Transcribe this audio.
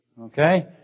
Okay